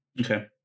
Okay